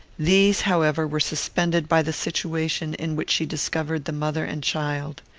these, however, were suspended by the situation in which she discovered the mother and child.